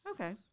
Okay